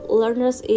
learners